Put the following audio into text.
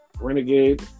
Renegade